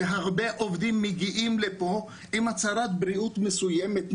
היא שהרבה עובדים מגיעים לפה עם הצהרת בריאות מסוימת מתאילנד,